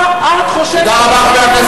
מה את חושבת על שחיתות?